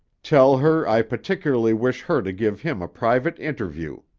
tell her i particularly wish her to give him a private interview.